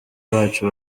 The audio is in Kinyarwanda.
bacu